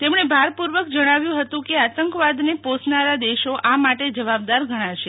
તેમણે ભારપૂર્વક જણાવ્યું હતું કેઆતંકવાદને પોષનારા દેશો આ માટે જવાબદાર ગણાશે